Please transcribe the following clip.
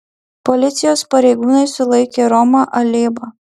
policijos pareigūnai sulaikė romą alėbą